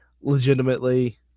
legitimately